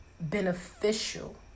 beneficial